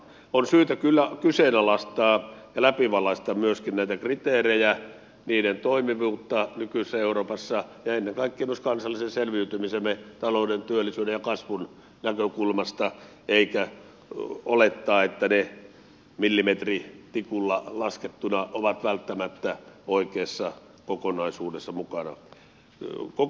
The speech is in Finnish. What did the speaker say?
on syytä kyllä kyseenalaistaa ja läpivalaista myöskin näitä kriteerejä niiden toimivuutta nykyisessä euroopassa ja ennen kaikkea myös kansallisen selviytymisemme talouden työllisyyden ja kasvun näkökulmasta eikä olettaa että ne millimetritikulla laskettuna ovat välttämättä oikeassa kokonaisuudessa mukana